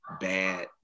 bad